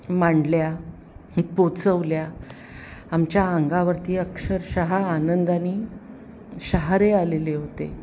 मांडल्या पोचवल्या आमच्या अंगावरती अक्षरशः आनंदाने शहारे आलेले होते